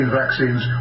vaccines